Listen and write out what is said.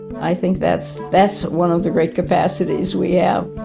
i think that's that's one of the great capacities we yeah